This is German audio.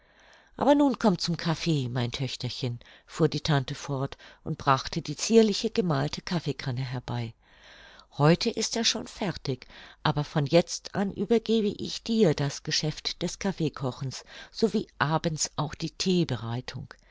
aber nun komm zum kaffee mein töchterchen fuhr die tante fort und brachte die zierliche gemalte kaffeekanne herbei heut ist er schon fertig aber von jetzt an übergebe ich dir das geschäft des kaffeekochens sowie abends auch die